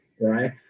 right